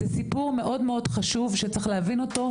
זה סיפור מאוד מאוד חשוב שצריך להבין אותו,